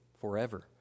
forever